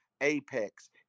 Apex